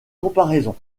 comparaisons